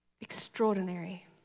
Extraordinary